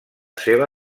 seva